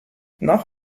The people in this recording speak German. nach